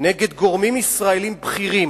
נגד גורמים ישראלים בכירים,